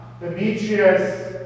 demetrius